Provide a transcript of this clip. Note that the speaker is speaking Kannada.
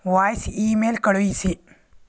ವಾಯ್ಸ್ ಇ ಮೇಲ್ ಕಳುಹಿಸಿ